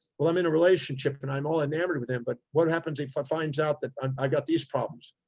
well, i'm in a relationship and i'm all enamored with him. but what happens if i finds out that um i got these problems,